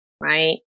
Right